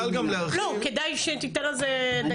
כדאי שתיתן על זה דגש.